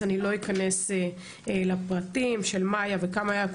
אז לא אכנס לפרטים של מה היה וכמה היה,